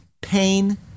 pain